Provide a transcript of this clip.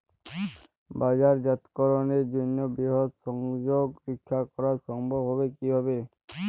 বাজারজাতকরণের জন্য বৃহৎ সংযোগ রক্ষা করা সম্ভব হবে কিভাবে?